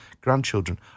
grandchildren